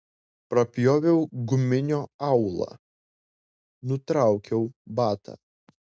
prapjoviau guminio aulą nutraukiau batą